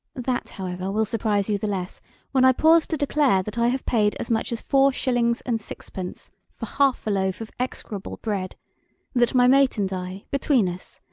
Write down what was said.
that, however, will surprise you the less when i pause to declare that i have paid as much as four shillings and sixpence for half a loaf of execrable bread that my mate and i, between us,